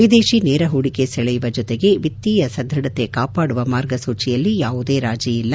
ವಿದೇಶಿ ನೇರ ಹೂಡಿಕೆ ಸೆಳೆಯುವ ಜೊತೆಗೆ ವಿತ್ತೀಯ ಸದೃಢತೆ ಕಾಪಾಡುವ ಮಾರ್ಗಸೂಚಿಯಲ್ಲಿ ಯಾವುದೇ ರಾಜೀ ಇಲ್ಲ